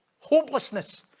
hopelessness